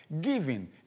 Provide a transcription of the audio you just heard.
Giving